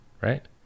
right